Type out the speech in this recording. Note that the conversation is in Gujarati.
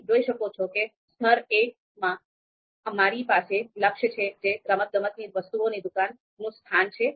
તમે જોઈ શકો છો કે સ્તર 1 માં અમારી પાસે લક્ષ્ય છે જે રમતગમતની વસ્તુઓની દુકાનનું સ્થાન છે